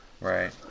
Right